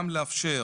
גם לאפשר